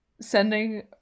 sending